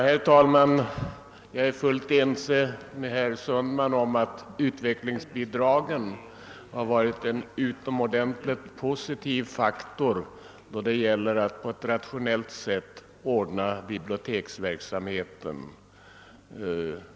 Herr talman Jag är fullt ense med herr Sundman om att utvecklingsbidragen har varit en utomordentligt positiv faktor då det gällt att på ett rationellt sätt ordna biblioteksverksamheten.